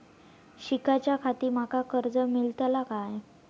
शिकाच्याखाती माका कर्ज मेलतळा काय?